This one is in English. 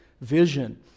vision